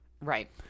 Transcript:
Right